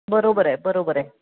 बरोबर आहे बरोबर आहे